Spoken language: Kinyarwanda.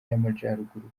y’amajyaruguru